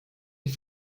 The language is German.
die